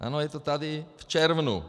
Ano, je to tady, v červnu.